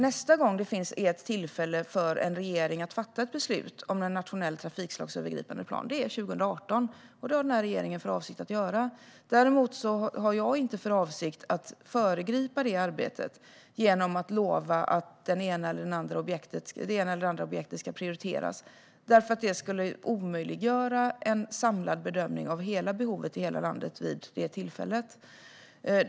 Nästa tillfälle för en regering att fatta beslut om en nationell trafikslagsövergripande plan är 2018. Det tillfället har den här regeringen för avsikt att utnyttja. Däremot har jag inte för avsikt att föregripa det arbetet genom att lova att det ena eller andra objektet ska prioriteras, för det skulle omöjliggöra en samlad bedömning av hela behovet i hela landet vid det tillfället.